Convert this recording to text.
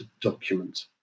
document